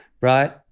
right